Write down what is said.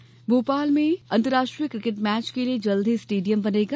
cricket stadium Bhopal में अंतर्राष्ट्रीय cricket match के लिये जल्द ही स्टेडियम बनेगा